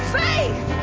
faith